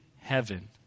heaven